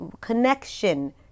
connection